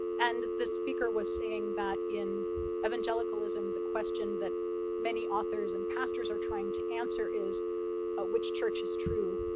and the speaker was saying that in evangelicalism the question that many authors and pastors are trying to answer is ah which church is true?